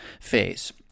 phase